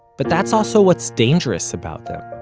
but that's also what's dangerous about them.